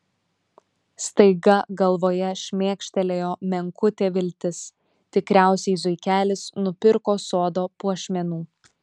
staiga galvoje šmėkštelėjo menkutė viltis tikriausiai zuikelis nupirko sodo puošmenų